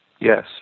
yes